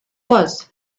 was